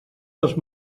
dels